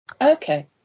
okay